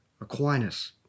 Aquinas